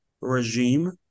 regime